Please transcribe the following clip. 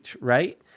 right